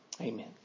Amen